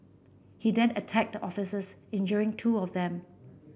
he then attacked the officers injuring two of them